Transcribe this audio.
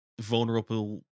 vulnerable